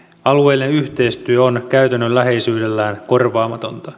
alueelle yhteistyö on käytännönläheisyydellään korvaamatonta